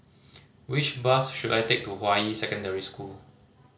which bus should I take to Hua Yi Secondary School